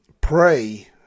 pray